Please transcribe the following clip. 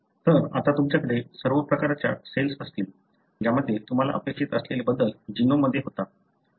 तर आता तुमच्याकडे सर्व प्रकारचा सेल्स असतील ज्यामध्ये तुम्हाला अपेक्षित असलेला बदल जीनोममध्ये होता